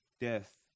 death